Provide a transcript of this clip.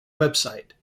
website